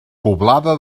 poblada